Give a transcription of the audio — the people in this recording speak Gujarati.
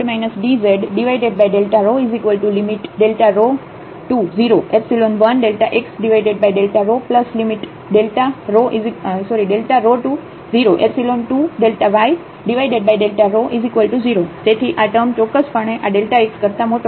z dz ρ→01xρ→02y0 તેથી આ ટૅમ ચોક્કસપણે આ x કરતા મોટો છે